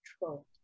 control